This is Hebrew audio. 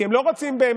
כי הם לא רוצים באמת,